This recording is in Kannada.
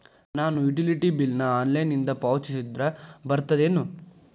ನಾನು ಯುಟಿಲಿಟಿ ಬಿಲ್ ನ ಆನ್ಲೈನಿಂದ ಪಾವತಿಸಿದ್ರ ಬರ್ತದೇನು?